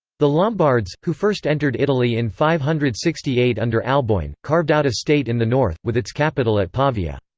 the lombards, who first entered italy in five hundred and sixty eight under alboin, carved out a state in the north, with its capital at pavia.